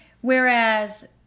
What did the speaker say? Whereas